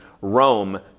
Rome